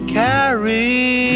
carry